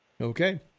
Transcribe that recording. Okay